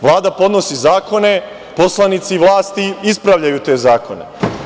Vlada podnosi zakone, poslanici vlasti ispravljaju te zakone.